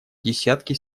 десятки